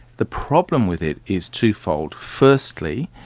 the problem with it is twofold. firstly,